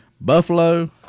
Buffalo